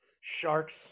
Sharks